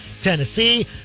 tennessee